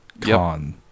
con